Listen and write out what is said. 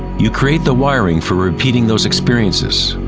you create the wiring for repeating those experiences.